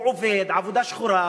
הוא עובד עבודה שחורה,